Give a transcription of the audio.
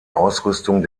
ausrüstung